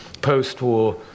post-war